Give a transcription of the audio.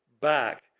back